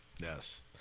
Yes